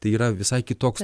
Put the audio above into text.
tai yra visai kitoks